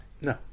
No